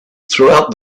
throughout